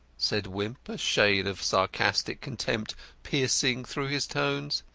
said wimp, a shade of sarcastic contempt piercing through his tones.